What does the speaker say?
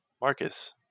Marcus